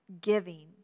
giving